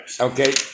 Okay